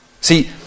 See